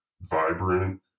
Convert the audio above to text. vibrant